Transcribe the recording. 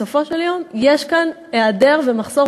בסופו של יום יש כאן היעדר ומחסור